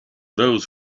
those